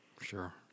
Sure